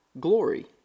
glory